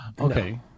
Okay